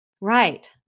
Right